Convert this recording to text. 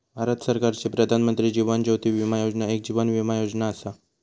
भारत सरकारची प्रधानमंत्री जीवन ज्योती विमा योजना एक जीवन विमा योजना असा